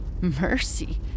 mercy